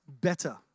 better